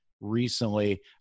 recently